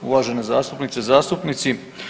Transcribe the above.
Uvažene zastupnice, zastupnici.